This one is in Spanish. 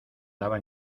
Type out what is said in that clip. lava